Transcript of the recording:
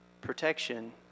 protection